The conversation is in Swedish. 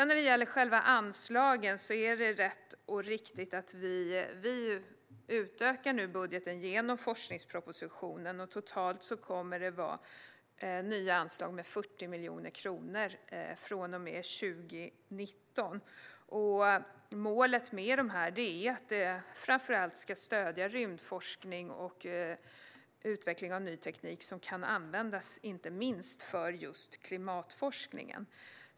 När det gäller anslagen är det rätt och riktigt att vi nu utökar budgeten genom forskningspropositionen. Totalt kommer det att vara nya anslag med 40 miljoner kronor från och med 2019. Målet är att detta framför allt ska stödja rymdforskning och utveckling av ny teknik som kan användas inte minst för klimatforskningen.